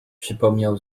przypomniał